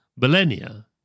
millennia